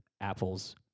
Apples